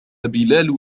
بلال